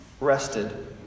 rested